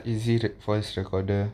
is it a voice recorder